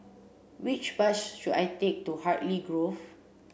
which bus should I take to Hartley Grove